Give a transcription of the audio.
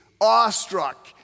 awestruck